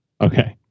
Okay